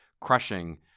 crushing